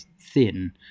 thin